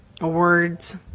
awards